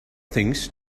things